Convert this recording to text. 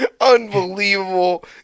Unbelievable